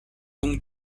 donc